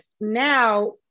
Now